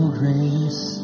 grace